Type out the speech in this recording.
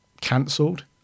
cancelled